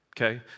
okay